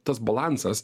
tas balansas